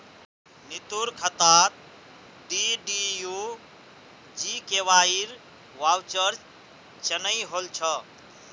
नीतूर खातात डीडीयू जीकेवाईर वाउचर चनई होल छ